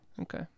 Okay